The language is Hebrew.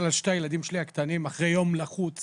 על שני הילדים שלי הקטנים אחרי יום לחוץ